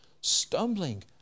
stumbling